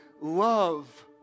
love